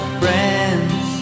friends